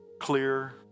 clear